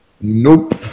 Nope